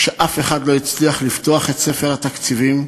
כשאף אחד לא הצליח לפתוח את ספר התקציבים.